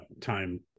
time